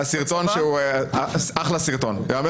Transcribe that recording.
אחלה סרטון.